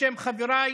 בשם חבריי